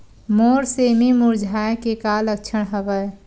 मोर सेमी मुरझाये के का लक्षण हवय?